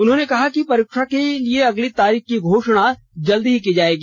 उन्होंने कहा कि परीक्षा के लिए अगली तारीख की घोषणा जल्द ही की जाएगी